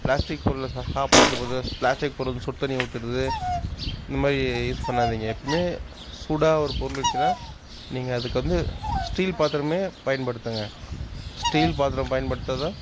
plastic பொருளில் சாப்புடுறதுக்கு plastic பொருள் சுடு தண்ணி ஊற்றுறது இந்த மாதிரி யூஸ் பண்ணாதிங்க எப்பவுமே சூடாக ஒரு பொருள் இருந்துச்சினா நீங்கள் அதுக்கு வந்து ஸ்டீல் பாத்திரமே பயன்படுத்துங்க ஸ்டீல் பாத்திரம் பயன்படுத்த தான்